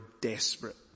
desperate